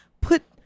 put